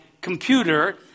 computer